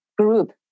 group